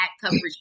coverage